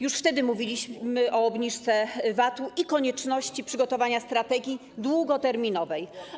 Już wtedy mówiliśmy o obniżce VAT i konieczności przygotowania strategii długoterminowej.